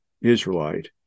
Israelite